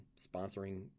sponsoring